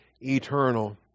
eternal